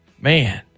Man